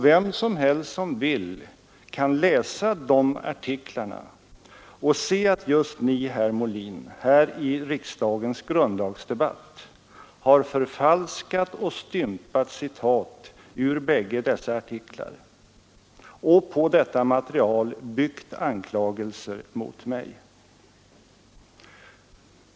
Vem som helst som vill kan läsa de artiklarna och se att just Ni, herr Molin, här i riksdagens grundlagsdebatt har förfalskat och stympat citat ur bägge dessa artiklar och på detta material byggt anklagelser mot mig.